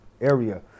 area